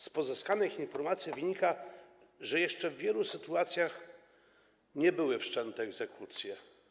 Z pozyskanych informacji wynika, że jeszcze w wielu sytuacjach nie były wszczęte egzekucje.